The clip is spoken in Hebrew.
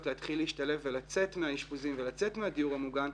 להתחיל להשתלב ולצאת מהאשפוזים ולצאת מהדיור המוגן,